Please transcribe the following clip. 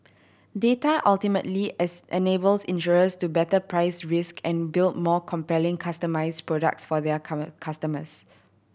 data ultimately is enables insurers to better price risk and build more compelling customised products for their customers